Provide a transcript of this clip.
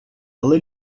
але